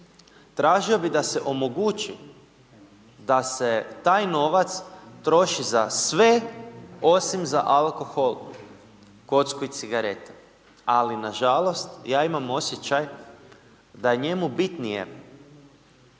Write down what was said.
tražio bi da se omogući da se taj novac troši za sve osim za alkohol, kocku i cigarete, ali nažalost ja imam osjećaj da je njemu bitnije